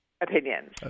opinions